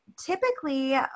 typically